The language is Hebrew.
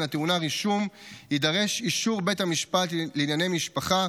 הטעונה רישום יידרש אישור בית המשפט לענייני משפחה,